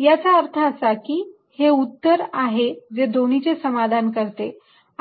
याचा अर्थ असा की हे उत्तर आहे जे दोन्हीचे समाधान करते